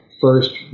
first